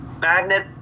magnet